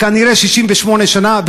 כנראה 68 שנה,